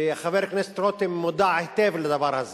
וחבר הכנסת רותם מודע היטב לכך,